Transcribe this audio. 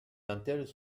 dentelles